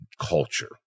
culture